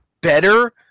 better